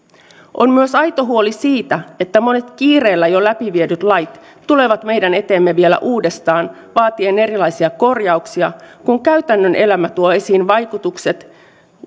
on myös aito huoli siitä että monet kiireellä jo läpiviedyt lait tulevat meidän eteemme vielä uudestaan vaatien erilaisia korjauksia kun käytännön elämä tuo esiin vaikutukset